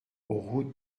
route